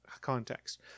context